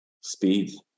Speed